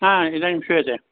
हा इदानीं श्रूयते